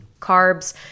carbs